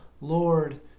Lord